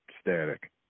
static